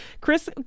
Chris